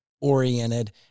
oriented